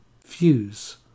fuse